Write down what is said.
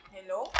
Hello